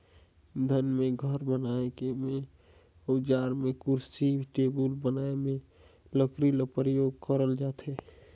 इंधन में, घर बनाए में, अउजार में, कुरसी टेबुल बनाए में लकरी ल परियोग करल जाथे